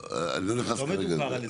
בסדר, אני לא נכנס כרגע לזה.